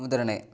ಉದಾಹರ್ಣೆ